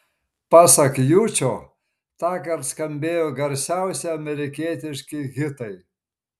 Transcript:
pasak jučo tąkart skambėjo garsiausi amerikietiški hitai